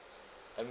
I mean